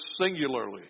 singularly